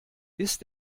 ist